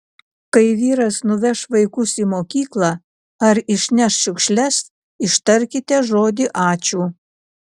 kai vyras nuveš vaikus į mokyklą ar išneš šiukšles ištarkite žodį ačiū